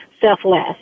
selfless